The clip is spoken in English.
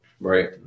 Right